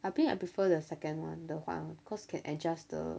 I think I prefer the second one the white one cause can adjust the